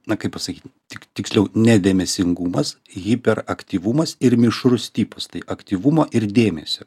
na kaip pasakyt tik tiksliau nedėmesingumas hiperaktyvumas ir mišrus tipas tai aktyvumo ir dėmesio